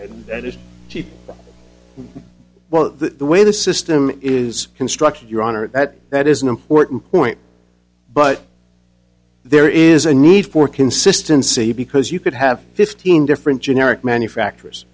is well the way the system is constructed your honor that that is an important point but there is a need for consistency because you could have fifteen different generic manufacturers